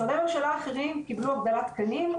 משרדי הממשלה האחרים קיבלו הגדלת תקנים,